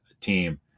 team